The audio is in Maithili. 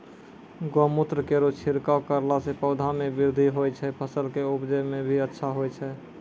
गौमूत्र केरो छिड़काव करला से पौधा मे बृद्धि होय छै फसल के उपजे भी अच्छा होय छै?